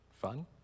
fun